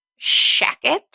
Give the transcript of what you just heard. shacket